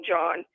John